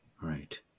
Right